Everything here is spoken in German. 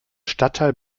stadtteil